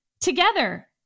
together